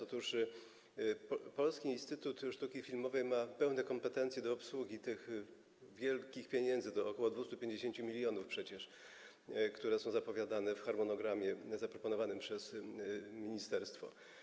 Otóż Polski Instytut Sztuki Filmowej ma pełne kompetencje do obsługi tych wielkich pieniędzy, do ok. 250 mln przecież, które są zapowiadane w harmonogramie zaproponowanym przez ministerstwo.